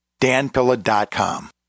danpilla.com